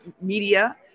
media